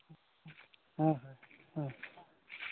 ᱦᱮᱸ ᱦᱮᱸ